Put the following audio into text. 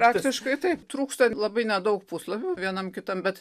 praktiškai taip trūksta labai nedaug puslapių vienam kitam bet